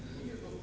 Hvala.